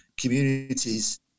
communities